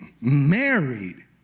married